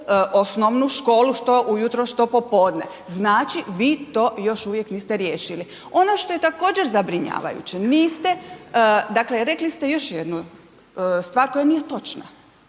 osnovnu školu što ujutro, što popodne. Znači vi to još uvijek niste riješili. Ono što je također zabrinjavajuće niste, dakle rekli ste još jednu stvar koja nije točna.